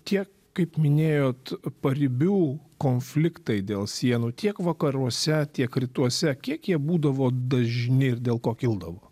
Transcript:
tie kaip minėjot paribių konfliktai dėl sienų tiek vakaruose tiek rytuose kiek jie būdavo dažni ir dėl ko kildavo